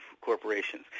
corporations